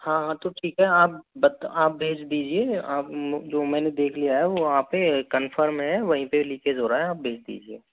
हाँ हाँ तो ठीक है आप आप भेज दीजिये आप मैंने देख लिया हैं वहाँ पे कंफर्म है वहीं पे लीकेज हो रहा है आप भेज दीजिये